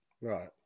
Right